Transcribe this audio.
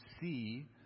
see